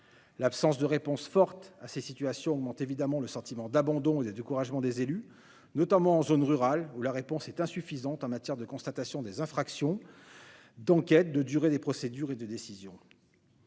l'absence de réponse forte à ces situations augmentent évidemment le sentiment d'abandon et découragement des élus, notamment en zone rurale où la réponse est insuffisante en matière de constatation des infractions d'enquête de durée des procédures et des décisions.